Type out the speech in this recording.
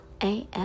AF